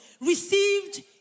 received